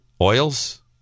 Oils